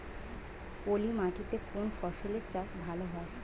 পলি মাটিতে কোন ফসলের চাষ ভালো হয়?